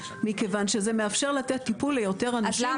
מכיוון שזה מאפשר לתת טיפול ליותר אנשים באותו כסף.